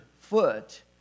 foot